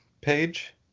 page